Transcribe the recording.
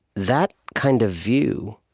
that kind of view,